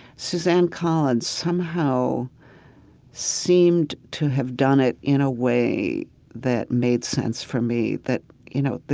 suzanne collins somehow seemed to have done it in a way that made sense for me. that you know,